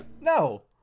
No